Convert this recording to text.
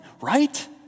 right